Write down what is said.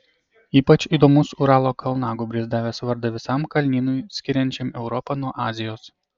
ypač įdomus uralo kalnagūbris davęs vardą visam kalnynui skiriančiam europą nuo azijos